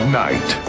night